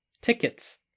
tickets